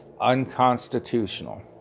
unconstitutional